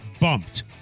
bumped